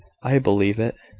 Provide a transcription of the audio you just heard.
i believe it,